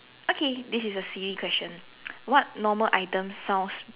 okay this is a silly question what normal item sounds